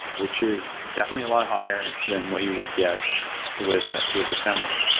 which is definitely a lot higher than what you would get with ah with assembly-like